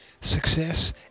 Success